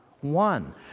one